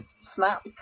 snap